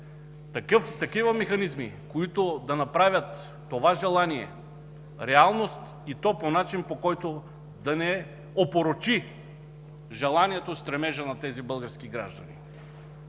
такива механизми, които да направят това желание реалност и то по начин, по който да не опорочи желанието и стремежа на тези български граждани.